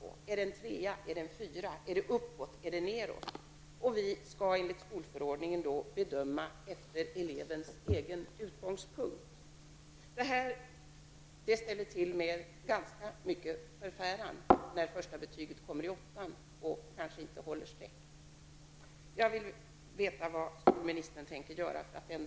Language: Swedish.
Är det en trea eller en fyra? Går det uppåt eller nedåt? Vi lärare skall enligt skolförordningen göra en bedömning utifrån elevens egen utgångspunkt. Det ställer till med ganska mycket förfäran när det första betyget kommer i åttan och det kanske inte håller sträck.